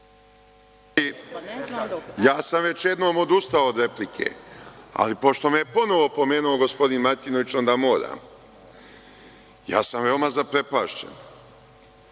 ja sam već jednom odustao od replike, ali pošto me je ponovo pomenuo gospodin Martinović, onda moram. Veoma sam zaprepašćen,